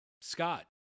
Scott